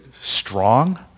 strong